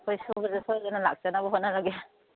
ꯑꯩꯈꯣꯏ ꯁꯨꯕꯗꯨ ꯁꯣꯏꯗꯅ ꯂꯥꯛꯆꯅꯕ ꯍꯣꯠꯅꯔꯒꯦ